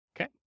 okay